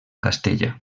castella